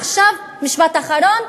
עכשיו משפט אחרון: